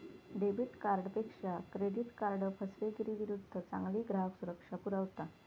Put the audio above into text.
debit कार्डपेक्षा credit card फसवेगिरीविरुद्ध चांगली ग्राहक सुरक्षा पुरवता